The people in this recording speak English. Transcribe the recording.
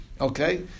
Okay